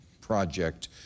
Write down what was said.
Project